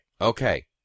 Okay